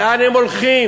לאן הם הולכים?